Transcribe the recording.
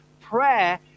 Prayer